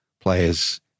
players